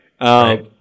Right